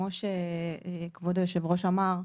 אני רק אומר שבהחלט כמו שכבוד יושב הראש אמר,